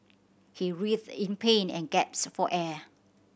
he writhed in pain and gasps for air